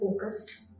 focused